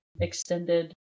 extended